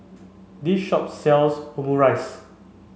this shop sells Omurice